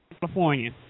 California